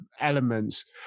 elements